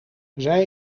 zij